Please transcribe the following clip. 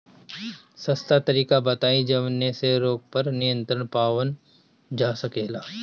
सस्ता तरीका बताई जवने से रोग पर नियंत्रण पावल जा सकेला?